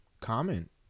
comment